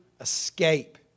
escape